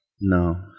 no